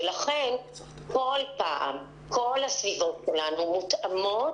ולכן כל פעם כל הסביבות שלנו מותאמות.